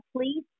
please